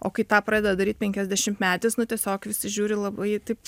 o kai tą pradeda daryt penkiasdešimtmetis nu tiesiog visi žiūri labai taip